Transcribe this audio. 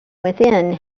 within